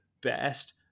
best